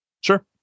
Sure